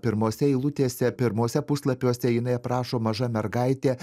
pirmose eilutėse pirmuose puslapiuose jinai aprašo maža mergaitė